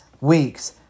week's